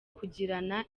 kugirana